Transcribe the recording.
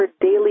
daily